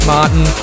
Martin